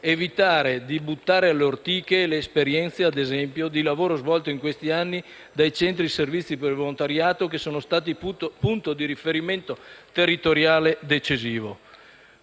evitare di buttare alle ortiche le esperienze, ad esempio, di lavoro svolto in questi anni dai centri di servizi per volontariato che sono stati punto di riferimento territoriale decisivo.